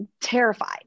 terrified